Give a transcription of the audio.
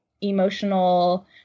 emotional